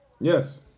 Yes